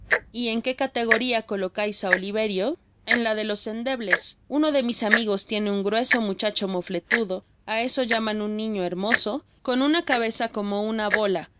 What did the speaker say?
y en que categoria colocais á oliverio v en la de los endebles uno de mis amigos tiene un grueso muchacho mofletudo á eso llaman un niño hermoso con una cabeza como un bola